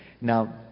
now